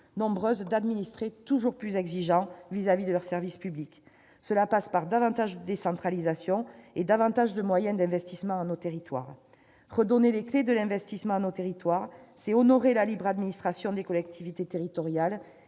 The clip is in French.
fortes d'administrés toujours plus exigeants à l'égard de leurs services publics. Cela passe par davantage de décentralisation et par davantage de moyens accordés à nos territoires en matière d'investissement. Redonner les clés de l'investissement à nos territoires, c'est honorer la libre administration des collectivités territoriales